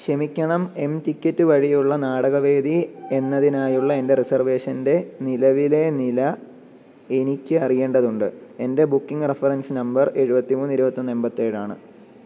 ക്ഷമിക്കണം M ticket വഴിയുള്ള നാടകവേദി എന്നതിനായുള്ള എൻ്റെ റിസർവേഷൻ്റെ നിലവിലലേ നില എനിക്ക് അറിയേണ്ടതുണ്ട് എൻ്റെ ബുക്കിങ് റഫറൻസ് നമ്പർ എഴുപത്തി മൂന്ന് ഇരുപത്തൊന്ന് എമ്പത്തേഴാണ്